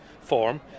form